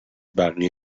بقیه